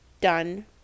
done